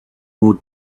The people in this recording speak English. more